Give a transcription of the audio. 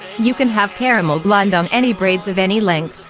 you can have caramel blonde on any braids of any length.